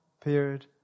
period